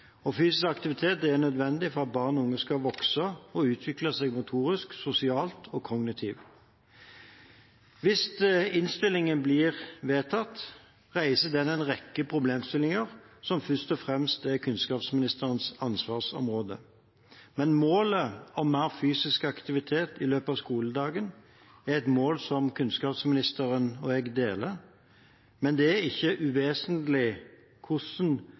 oppvekst. Fysisk aktivitet er nødvendig for at barn og unge skal vokse og utvikle seg motorisk, sosialt og kognitivt. Hvis innstillingen blir vedtatt, reiser den en rekke problemstillinger som først og fremst er kunnskapsministerens ansvarsområde. Målet om mer fysisk aktivitet i løpet av skoledagen er et mål som kunnskapsministeren og jeg deler, men det er ikke uvesentlig hvordan